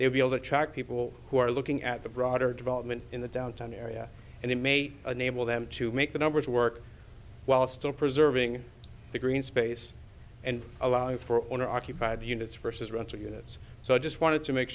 they'll be able to attract people who are looking at the broader development in the downtown area and it may enable them to make the numbers work while still preserving the green space and allow for owner occupied units versus rental units so i just wanted to make